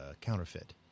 counterfeit